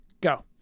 go